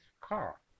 car